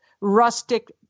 rustic